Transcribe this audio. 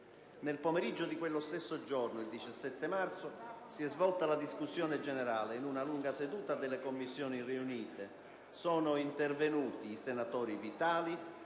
Nel pomeriggio di quello stesso giorno, 17 marzo, si è svolta la discussione generale. Nella lunga seduta delle Commissioni riunite sono intervenuti i senatori Vitali,